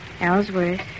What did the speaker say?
Ellsworth